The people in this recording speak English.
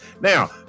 Now